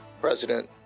President